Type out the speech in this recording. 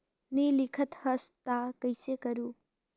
नी लिखत हस ता कइसे करू?